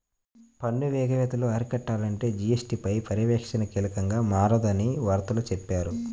పన్ను ఎగవేతలను అరికట్టాలంటే జీ.ఎస్.టీ పై పర్యవేక్షణ కీలకంగా మారనుందని వార్తల్లో చెప్పారు